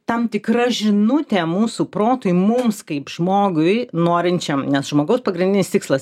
tam tikra žinutė mūsų protui mums kaip žmogui norinčiam nes žmogaus pagrindinis tikslas